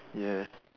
ya